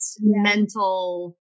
mental